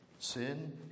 Sin